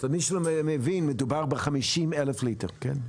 למי שלא מבין, מדובר ב-50 אלף ליטר, כן?